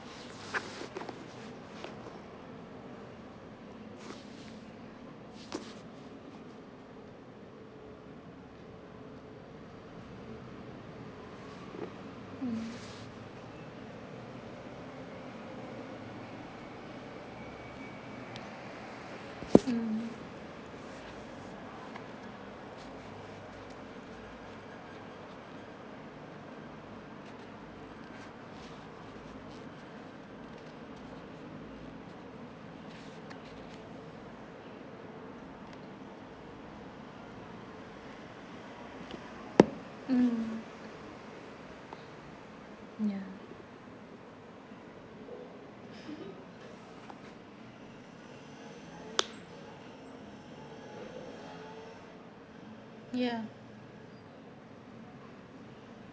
mm mm mm ya ya